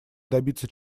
добиться